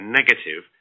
negative